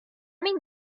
min